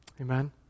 Amen